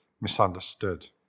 misunderstood